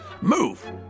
Move